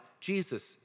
Jesus